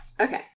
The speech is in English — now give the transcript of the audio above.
Okay